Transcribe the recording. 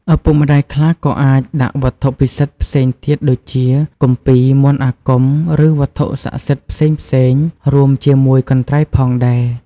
ឪពុកម្តាយខ្លះក៏អាចដាក់វត្ថុពិសិដ្ឋផ្សេងទៀតដូចជា គម្ពីរ មន្តអាគម ឬវត្ថុស័ក្តិសិទ្ធិផ្សេងៗរួមជាមួយកន្ត្រៃផងដែរ។